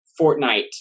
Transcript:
Fortnite